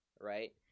Right